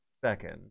Second